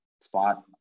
spot